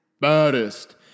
baddest